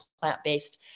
plant-based